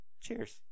Cheers